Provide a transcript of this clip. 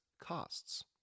costs